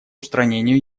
устранению